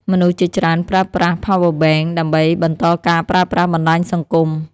មនុស្សជាច្រើនប្រើប្រាស់ Power Bank ដើម្បីបន្តការប្រើប្រាស់បណ្តាញសង្គម។